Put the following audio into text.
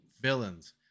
villains